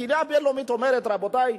הקהילה הבין-לאומית אומרת: רבותי,